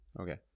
okay